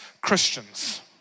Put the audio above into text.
Christians